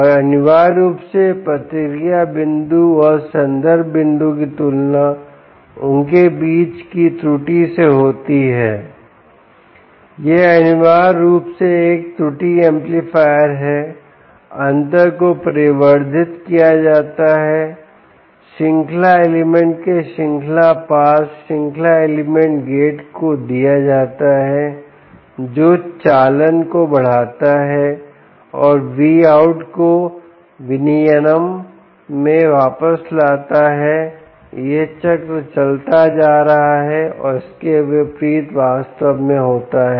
और अनिवार्य रूप से प्रतिक्रिया बिंदु और संदर्भ बिंदु की तुलना उनके बीच की त्रुटि से होती है यह अनिवार्य रूप से एक त्रुटि एम्पलीफायर है अंतर को प्रवर्धित किया जाता है श्रृंखला एलिमेंट के श्रृंखला पास श्रृंखला एलिमेंट गेट को दिया जाता है जो चालन को बढ़ाता है और Vout को विनियमन में वापस लाता है यह चक्र चलता जा रहा है और इसके विपरीत वास्तव में होता है